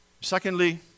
Secondly